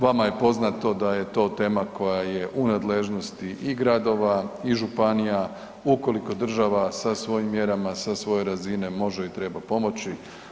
Vama je poznato da je to tema koja je u nadležnosti i gradova i županija ukoliko država sa svojim mjerama, sa svoje razine može i treba pomoći.